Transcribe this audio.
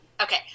Okay